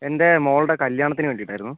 എൻ്റെ മോൾടെ കല്യാണത്തിന് വേണ്ടിയിട്ട് ആയിരുന്നു